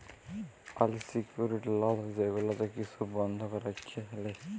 আল secured loan যেগুলাতে কিছু বল্ধক রাইখে লেই